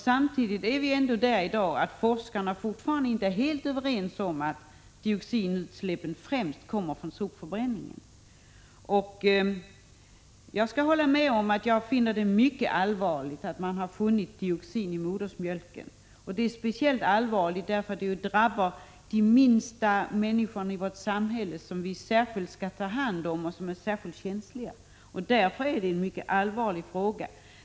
Samtidigt är forskarna i dag inte helt överens om att dioxinutsläppen främst kommer från sopförbränningen. Jag håller med om att det är mycket allvarligt att man funnit dioxin i modersmjölken, speciellt därför att det drabbar de minsta i vårt samhälle, dem som är särskilt känsliga och dem som vi speciellt skall ta hand om.